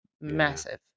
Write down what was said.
massive